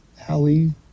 Hallie